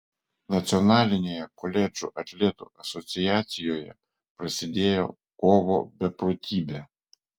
nacionalinėje koledžų atletų asociacijoje prasidėjo kovo beprotybė